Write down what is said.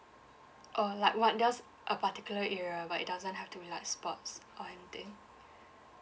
oh like one just a particular area but it doesn't have to be like sports or anything